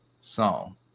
song